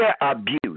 abuse